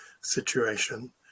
situation